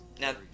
now